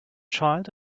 child